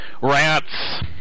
Rats